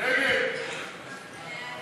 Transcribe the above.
ההסתייגות של קבוצת סיעת